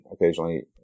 occasionally